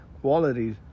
qualities